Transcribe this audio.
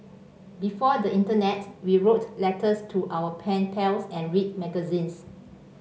before the internet we wrote letters to our pen pals and read magazines